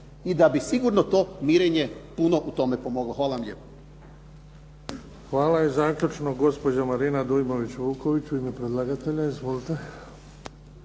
I da bi sigurno to mirenje u tome puno pomoglo. Hvala vam lijepo. **Bebić, Luka (HDZ)** Hvala. I zaključno gospođa Marina Dujmović Vuković u ime predlagatelja. Izvolite.